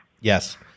Yes